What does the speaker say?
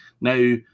Now